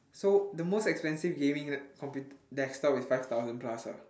so the most expensive gaming lap~ comput~ desktop is five thousand plus ah